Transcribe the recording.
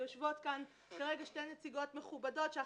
את שתי הנציגות המכובדות שיושבות כאן,